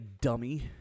dummy